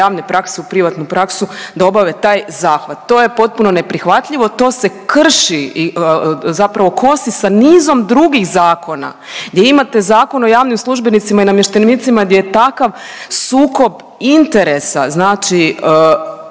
javne prakse u privatnu praksu da obave taj zahvat. To je potpuno neprihvatljivo to se krši, zapravo kosi sa nizom drugih zakona gdje imate Zakon o javnim službenicima i namještenicima gdje je takav sukob interesa znači